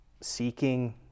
seeking